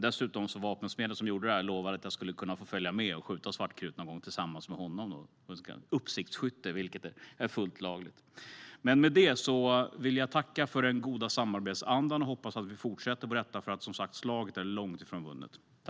Dessutom lovade vapensmeden som gjorde det här att jag skulle kunna få följa med någon gång och skjuta svartkrut tillsammans med honom, så kallat uppsiktsskytte, vilket är fullt lagligt. Med det vill jag tacka för den goda samarbetsandan. Jag hoppas att vi fortsätter med detta, för slaget är som sagt långt ifrån vunnet.